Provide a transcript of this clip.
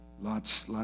Lot's